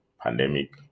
pandemic